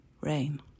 rain